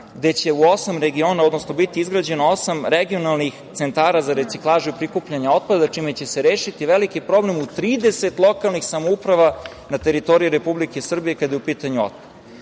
gde će u osam regiona, odnosno biće izgrađeno osam regionalnih centara za reciklažu i prikupljanje otpada, čime će se rešiti veliki problem u 30 lokalnih samouprava na teritoriji Republike Srbije kada je u pitanju otpad. Jeste